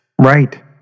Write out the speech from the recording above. Right